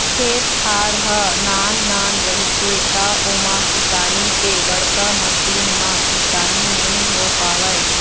खेत खार ह नान नान रहिथे त ओमा किसानी के बड़का मसीन म किसानी नइ हो पावय